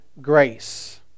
grace